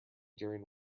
during